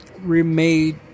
remade